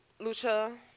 lucha